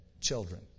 children